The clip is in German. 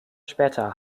später